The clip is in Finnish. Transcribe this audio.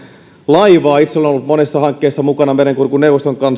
laivaa itse olen ollut monessa hankkeessa mukana merenkurkun neuvoston